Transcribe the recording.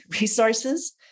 resources